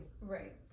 Right